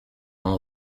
vingt